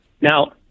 Now